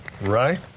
Right